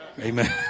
Amen